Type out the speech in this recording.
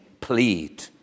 plead